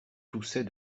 toussait